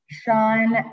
Sean